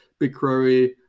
BigQuery